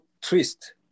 twist